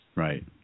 Right